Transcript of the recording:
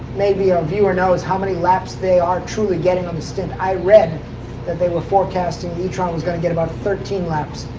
maybe a viewer knows how many laps they are truly getting on a stint. i read that they were forecasting the e-tron was gonna get about thirteen laps.